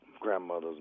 grandmothers